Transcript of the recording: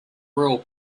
royal